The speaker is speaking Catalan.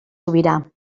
sobirà